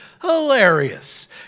hilarious